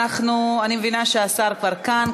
אני מבינה שהשר כבר כאן.